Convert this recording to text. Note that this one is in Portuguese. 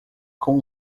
com